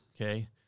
Okay